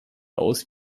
aus